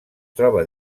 troba